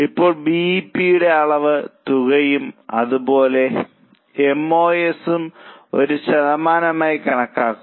ഇപ്പോൾ B E P അളവ് തുകയും അതുപോലെ എം ഓ എസ് ഉം ഒരു ശതമാനമായി കണക്കാക്കുക